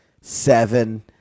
seven